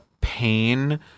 pain